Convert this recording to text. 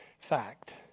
fact